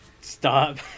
Stop